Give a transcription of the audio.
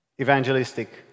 evangelistic